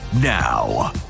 now